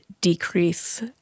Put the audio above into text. decrease